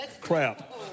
crap